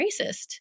racist